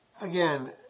again